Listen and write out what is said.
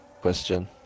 Question